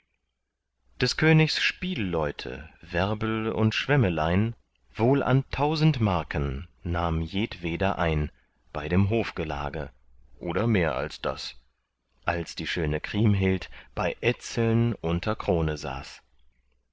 des königs spielleute werbel und schwemmelein wohl an tausend marken nahm jedweder ein bei dem hofgelage oder mehr als das als die schöne kriemhild bei etzeln unter krone saß